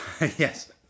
Yes